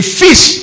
fish